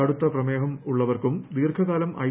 കടുത്ത പ്രമേഹം ഉള്ളവർക്കും ദീർഘകാലം ഐ